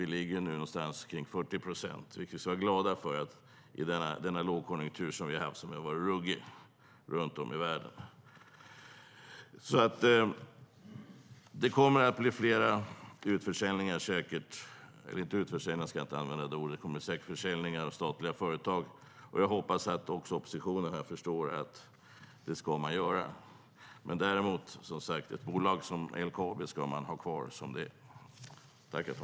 Vi ligger nu någonstans kring 40 procent, vilket vi ska vara glada för efter den lågkonjunktur som vi har haft och som varit ruggig runt om i världen. Det kommer säkert att bli fler försäljningar av statliga företag. Jag hoppas att också oppositionen förstår att man ska göra så. Men däremot, som sagt, ett bolag som LKAB ska man ha kvar som det är.